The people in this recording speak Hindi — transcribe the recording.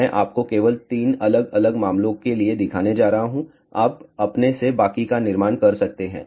मैं आपको केवल 3 अलग अलग मामलों के लिए दिखाने जा रहा हूं आप अपने से बाकी का निर्माण कर सकते हैं